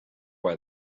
why